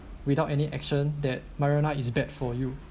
without any action that marijuana is bad for you